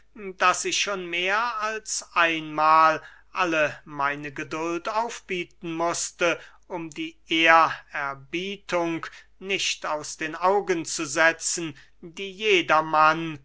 daß ich schon mehr als einmahl alle meine geduld aufbieten mußte um die ehrerbietung nicht aus den augen zu setzen die jedermann